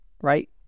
right